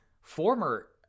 former